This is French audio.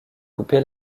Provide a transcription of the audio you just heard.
coupé